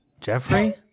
Jeffrey